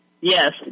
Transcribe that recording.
Yes